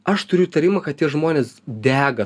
aš turiu įtarimų kad tie žmonės dega